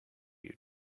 you